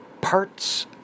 parts